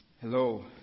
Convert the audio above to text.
Hello